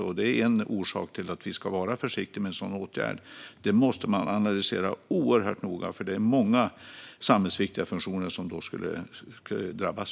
Detta är en orsak till att vi ska vara försiktiga med en sådan åtgärd. Det måste analyseras oerhört noga, för det är många samhällsviktiga funktioner som då skulle drabbas.